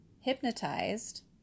hypnotized